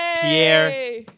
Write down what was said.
Pierre